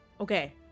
Okay